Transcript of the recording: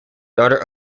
daughter